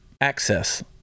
access